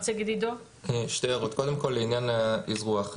לעניין האזרוח,